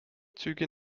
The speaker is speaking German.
züge